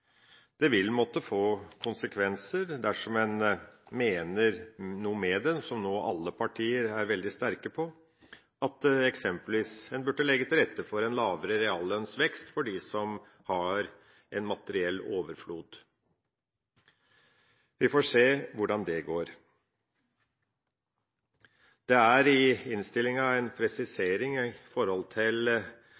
det vil måtte få konsekvenser dersom en mener noe med det, som nå alle partier er veldig sterke på, at en eksempelvis burde legge til rette for en lavere reallønnsvekst for dem som har en materiell overflod. Vi får se hvordan det går. I innstillinga er det en